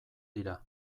dira